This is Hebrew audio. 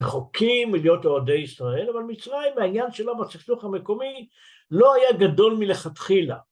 רחוקים מלהיות אוהדי ישראל אבל מצרים העניין שלה בסכסוך המקומי לא היה גדול מלכתחילה